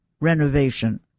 renovation